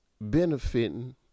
benefiting